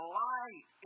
light